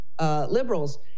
liberals